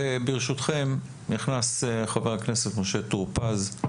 ברשותכם, נכנס חבר הכנסת משה טור פז.